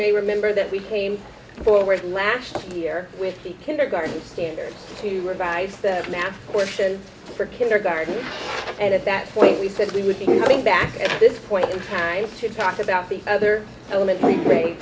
may remember that we came forward last year with the kindergarten standards to revise the math questions for kindergarten and at that point we said we would be back at this point in time to talk about the other element